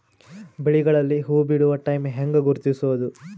ಬೆಳೆಗಳಲ್ಲಿ ಹೂಬಿಡುವ ಟೈಮ್ ಹೆಂಗ ಗುರುತಿಸೋದ?